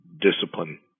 discipline